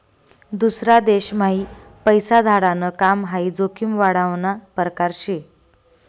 दूसरा देशम्हाई पैसा धाडाण काम हाई जोखीम वाढावना परकार शे